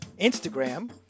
Instagram